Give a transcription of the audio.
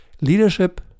Leadership